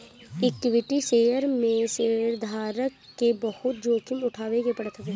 equity share में शेयरधारक के बहुते जोखिम उठावे के पड़त हवे